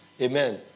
Amen